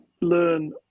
learn